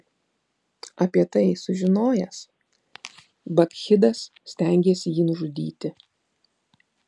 apie tai sužinojęs bakchidas stengėsi jį nužudyti